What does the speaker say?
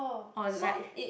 or like